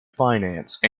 finance